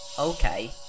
Okay